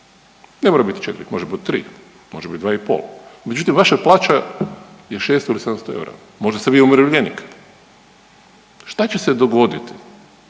Ne mora biti 4, može biti 3, može biti 2,5 međutim, vaša plaća je 600 ili 700 eura. Možda ste vi umirovljenik. Šta će se dogoditi,